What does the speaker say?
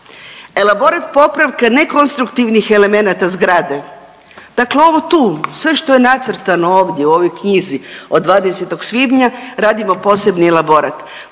elaborat popravke nekonstruktivnih elemenata zgrade. Dakle ovo tu sve što je nacrtano ovdje u ovoj knjizi od 20. svibnja radimo posebni elaborat,